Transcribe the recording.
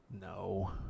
no